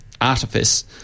artifice